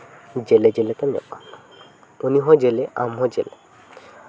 ᱡᱮᱞᱮ ᱡᱮᱞᱮ ᱠᱤᱱ ᱧᱟᱯᱟᱢ ᱱᱟ ᱩᱱᱤ ᱦᱚᱸ ᱡᱮᱞᱮ ᱟᱢᱦᱚᱸ ᱡᱮᱞᱮ